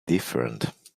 different